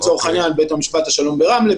לצורך העניין בית משפט השלום ברמלה,